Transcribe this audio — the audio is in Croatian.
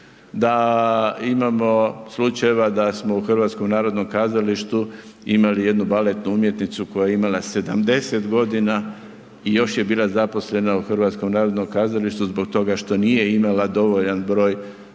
da imamo slučajeva da smo u HNK-u imali jednu baletnu umjetnicu koja je imala 70.g. i još je bila zaposlena u HNK-u zbog toga što nije imala dovoljan broj